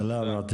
סלאם.